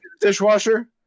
dishwasher